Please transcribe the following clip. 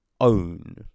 own